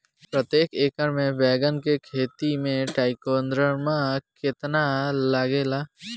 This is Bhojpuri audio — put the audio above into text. प्रतेक एकर मे बैगन के खेती मे ट्राईकोद्रमा कितना लागेला?